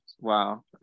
Wow